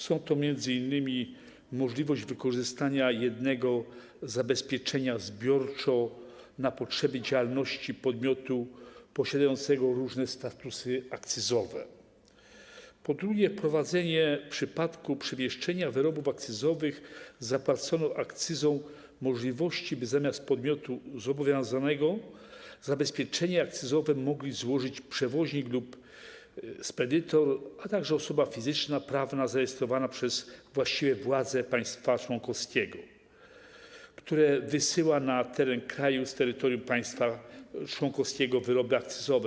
Są to m.in. możliwość wykorzystania jednego zabezpieczenia zbiorczo na potrzeby działalności podmiotu posiadającego różne statusy akcyzowe, a także prowadzenie w przypadku przemieszczenia wyrobów akcyzowych z zapłaconą akcyzą możliwości, by zamiast podmiotu zobowiązanego zabezpieczenie akcyzowe mogli złożyć przewoźnik lub spedytor, a także osoba fizyczna lub prawna zarejestrowana przez właściwe władze państwa członkowskiego, które wysyła na teren kraju z terytorium państwa członkowskiego wyroby akcyzowe.